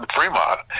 Fremont